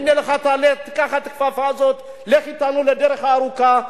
הנה לך, קח את הכפפה הזאת, לך אתנו לדרך הארוכה.